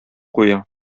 куя